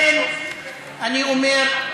לכן אני אומר,